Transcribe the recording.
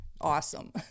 awesome